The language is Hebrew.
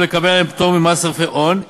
או לקבל עליהם פטור ממס רווחי הון,